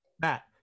Matt